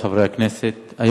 חבר הכנסת מיכאלי גם כן, כן.